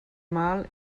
mal